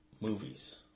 movies